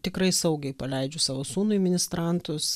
tikrai saugiai paleidžiu savo sūnui ministrantus